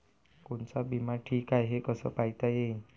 कोनचा बिमा ठीक हाय, हे कस पायता येईन?